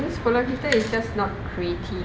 sekolah kita is just not creative